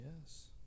yes